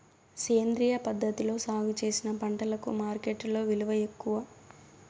సేంద్రియ పద్ధతిలో సాగు చేసిన పంటలకు మార్కెట్టులో విలువ ఎక్కువ